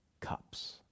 cups